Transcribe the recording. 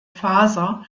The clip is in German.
faser